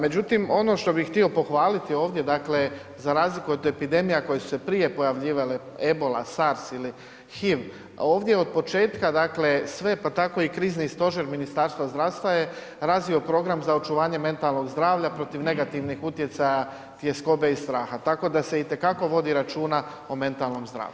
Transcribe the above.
Međutim ono što bi htio pohvaliti ovdje za razliku od epidemija koje su se prije pojavljivale, ebola, SARS ili HIV ovdje od početka sve pa tako i Krizni stožer Ministarstva zdravstva je razvio Program za očuvanje mentalnog zdravlja protiv negativnih utjecaja tjeskobe i straha, tako da se itekako vodi računa o mentalnom zdravlju.